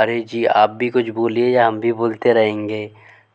अरे जी आप भी कुछ बोलिए या हम भी बोलते रहेंगे